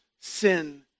sin